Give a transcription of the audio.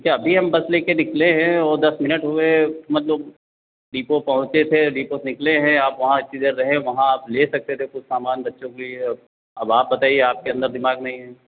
ठीक है अभी हम बस ले के निकले हैं और दस मिनट हो गए मतलब डिपो पहुँचे थे डिपो से निकले हैं आप वहाँ इतनी देर रहें वहाँ आप ले सकते थे कुछ सामान बच्चों के लिए अब आप बताइए आपके अंदर दिमाग़ नहीं है